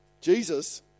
Jesus